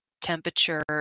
temperature